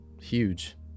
Huge